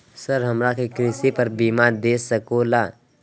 Sir हमरा के कृषि पर बीमा दे सके ला?